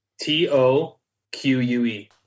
T-O-Q-U-E